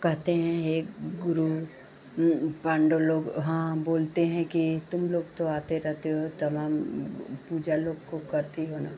कहते हैं है गुरू पांडव लोग वहाँ बोलते हैं कि तुम लोग तो आते रहते हो तमाम पूजा लोग को करती हो ना